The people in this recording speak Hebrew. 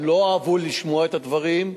לא אהבו לשמוע את הדברים,